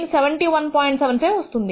75 వస్తుంది